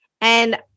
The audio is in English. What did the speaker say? And-